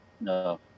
no